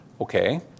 okay